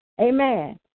Amen